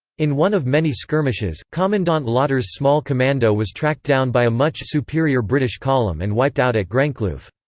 in one of many skirmishes, commandant lotter's small commando was tracked down by a much-superior british column and wiped out at groenkloof.